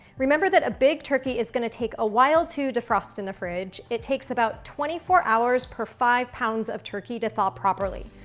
remember that a big turkey is gonna take a while to defrost in the fridge. it takes about twenty four hours per five pounds of turkey to thaw properly.